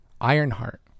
Ironheart